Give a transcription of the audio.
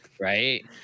Right